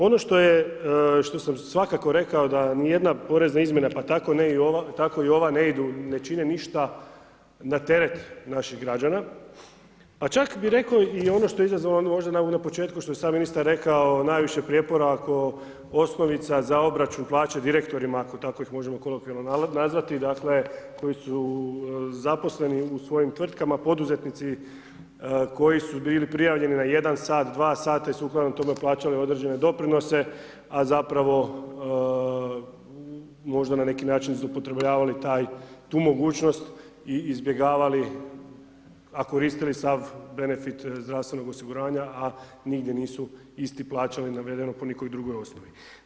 Ono što je, što sam svakako rekao da ni jedna porezna izmjena pa tako ne i ova, pa tako i ova, ne idu, ne čine ništa na teret naših građana, pa čak bi rekao i ono što je izazvalo možda ono na početku što je sam ministar rekao najviše prijepora oko osnovica za obračun plaće direktorima, ako tako ih možemo kolokvijalno nazvati, dakle, koji su zaposleni u svojim tvrtkama, poduzetnici, koji su bili prijavljeni na 1 sat, 2 sata, i sukladno tome plaćali određene doprinose, a zapravo, možda na neki način, zloupotrebljavali taj, tu mogućnost i izbjegavali, a koristili sav benefit zdravstvenog osiguranja, a nigdje nisu isti plaćali, navedeno po nekoj drugoj osnovi.